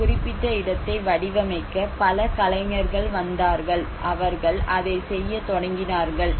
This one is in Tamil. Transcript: இந்த குறிப்பிட்ட இடத்தை வடிவமைக்க பல கலைஞர்கள் வந்தார்கள் அவர்கள் அதைச் செய்யத் தொடங்கினார்கள்